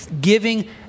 Giving